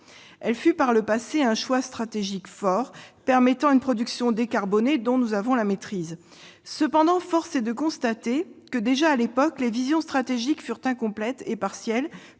Celle-ci fut par le passé un choix stratégique fort, permettant une production décarbonée dont nous avons la maîtrise. Cependant, force est de constater que, déjà à l'époque, les visions stratégiques furent incomplètes et partielles,